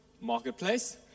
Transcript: marketplace